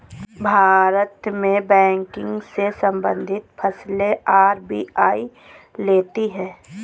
भारत में बैंकिंग से सम्बंधित फैसले आर.बी.आई लेती है